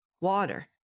Water